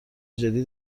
جدی